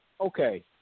okay